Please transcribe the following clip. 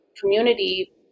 community